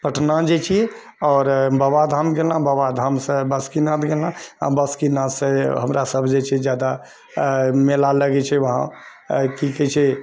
पटना जाइत छिऐ आओर बाबा धाम गेलहुँ बाबा धामसँ बासुकीनाथ गेलहुँ आओर बासुकीनाथसँ हमरा सभ जाइ छै जादा मेला लगै छै वहाँ की कहै छै